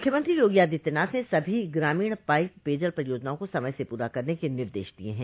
मुख्यमंत्री योगी आदित्यनाथ ने सभी ग्रामीण पाइप पेयजल परियोजनाओं को समय से पूरा करने के निर्देश दिये हैं